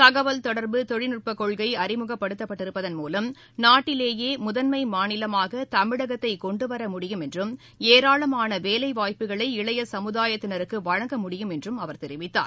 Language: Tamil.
தகவல் தொடர்பு தொழில்நுட்ப கொள்கை அறிமுகப்படுத்தப்பட்டதன் மூலம் நாட்டிலேயே முதன்மை மாநிலமாக தமிழகத்தை கொண்டுவர முடியும் என்றும் ஏராளமான வேலைவாய்ப்புகளை இளைய சமுதாயத்தினருக்கு வழங்க முடியும் என்றும் அவர் தெரிவித்தார்